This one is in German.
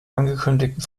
angekündigten